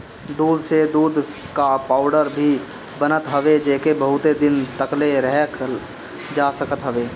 दूध से दूध कअ पाउडर भी बनत हवे जेके बहुते दिन तकले रखल जा सकत हवे